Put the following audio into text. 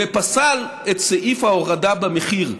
ופסל את סעיף ההורדה במחיר,